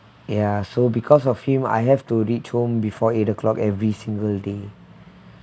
ya so because of him I have to reach home before eight o'clock every single day